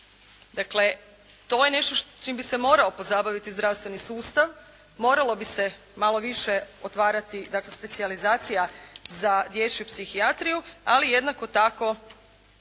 Dakle, to je nešto s čim bi se morao pozabaviti zdravstveni sustav, morali bi se malo više otvarati dakle specijalizacija za dječju psihijatriju, ali jednako tako